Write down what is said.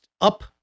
up